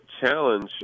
challenge